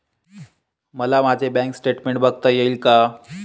मला माझे bank statement बघता येईल का?